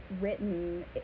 written